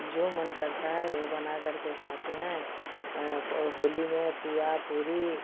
जो मन करता है वह बना करके खाते हैं होली में पूआ पूड़ी